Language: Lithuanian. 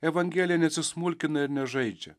evangelija nesismulkina ir nežaidžia